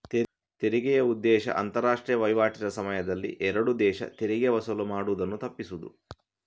ತೆರಿಗೆಯ ಉದ್ದೇಶ ಅಂತಾರಾಷ್ಟ್ರೀಯ ವೈವಾಟಿನ ಸಮಯದಲ್ಲಿ ಎರಡು ದೇಶ ತೆರಿಗೆ ವಸೂಲು ಮಾಡುದನ್ನ ತಪ್ಪಿಸುದು